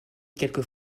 quelques